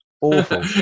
Awful